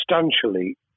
substantially